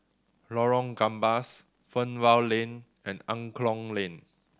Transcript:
Lorong Gambas Fernvale Lane and Angklong Lane